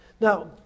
Now